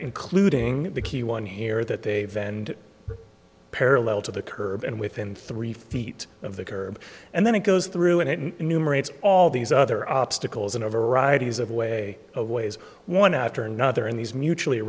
including the key one here that they've and parallel to the curb and within three feet of the curb and then it goes through an enumerator all these other obstacles in a variety of way of ways one after another in these mutually